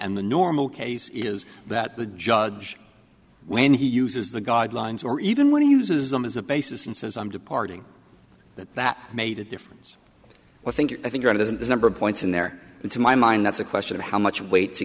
and the normal case is that the judge when he uses the guidelines or even when he uses them as a basis and says i'm departing that made a difference i think i think it isn't the number of points in there it's in my mind that's a question of how much weight to